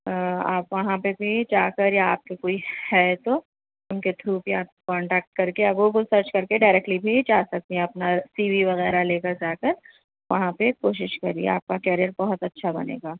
آپ وہاں پہ بھی جا کر یا آپ کے کوئی ہے تو ان کے تھرو بھی آپ کانٹیکٹ کر کے یا گوگل سرچ کر کے ڈائریکٹلی بھی جا سکتی ہیں اپنا سی وی وغیرہ لے کر جا کر وہاں پہ کوشش کرئیے آپ کا کریئر بہت اچھا بنے گا